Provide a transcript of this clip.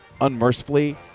unmercifully